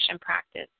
practice